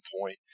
point